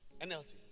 NLT